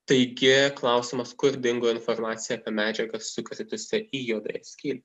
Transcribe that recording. taigi klausimas kur dingo informacija apie medžiagas sukritusi į juodąją skylę